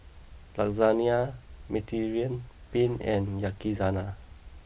Lasagna Mediterranean Penne and Yakizakana